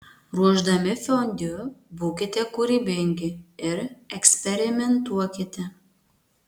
ruošdami fondiu būkite kūrybingi ir eksperimentuokite